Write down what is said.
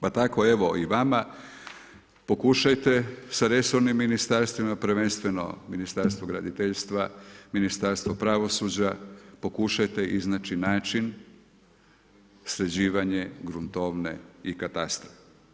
Pa tako evo, i vama, pokušajte s resornim ministarstvima, prvenstveno Ministarstvo graditeljstva, Ministarstvo pravosuđa, pokušajte iznaći način sređivanje gruntovne i katastra.